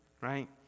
right